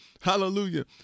hallelujah